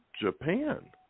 Japan